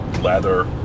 leather